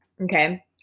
Okay